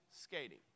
skating